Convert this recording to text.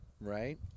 right